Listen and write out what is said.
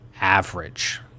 average